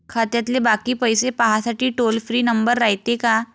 खात्यातले बाकी पैसे पाहासाठी टोल फ्री नंबर रायते का?